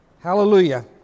Hallelujah